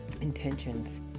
intentions